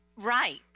Right